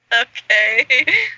Okay